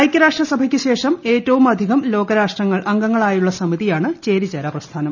ഐക്യര്യഷ്ട്ര സഭയ്ക്ക് ശേഷം ഏറ്റവുമധികം ലോകരാഷ്ട്രങ്ങൾ അംഗങ്ങളാ്യുള്ള സമിതിയാണ് ചേരിചേരാ പ്രസ്ഥാനം